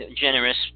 generous